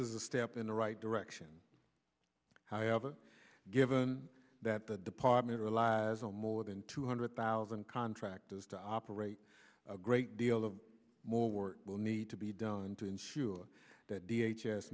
is a step in the right direction however given that the department relies on more than two hundred thousand contractors to operate a great deal of more work will need to be done to ensure that d h s